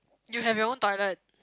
you have your own toilet